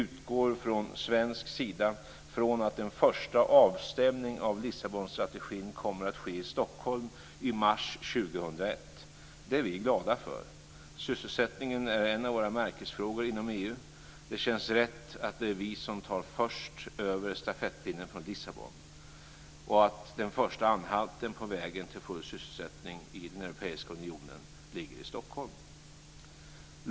Det är vi glada för. Sysselsättningen är en av våra märkesfrågor inom EU. Det känns rätt att det är vi som först tar över stafettpinnen från Lissabon och att den första anhalten på vägen till full sysselsättning i den europeiska unionen ligger i Stockholm.